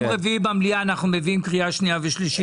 ביום רביעי במליאה אנחנו מביאים את זה לקריאה שנייה ושלישית.